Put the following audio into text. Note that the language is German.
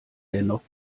dennoch